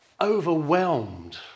overwhelmed